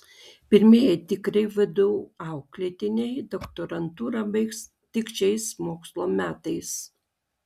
pirmieji tikri vdu auklėtiniai doktorantūrą baigs tik šiais mokslo metais